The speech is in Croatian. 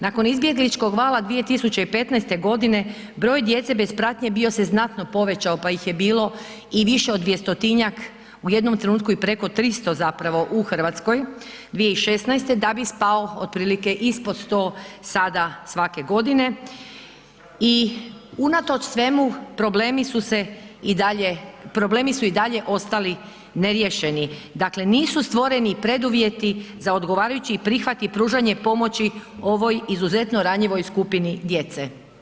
Nakon izbjegličkog vala 2015. godine broj djece bez pratnje bio se znatno povećao pa ih je bilo i više od 200-njak u jednom trenutku i preko 300 u Hrvatskoj 2016., da bi spao otprilike ispod 100 sada svake godine i unatoč svemu problemi su se i dalje, problemi su i dalje ostali neriješeni, dakle nisu stvoreni preduvjeti za odgovarajući prihvat i pružanje pomoći ovoj izuzetno ranjivoj skupini djece.